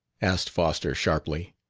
asked foster sharply,